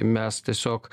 mes tiesiog